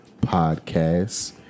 Podcast